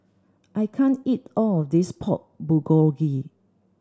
I can't eat all of this Pork Bulgogi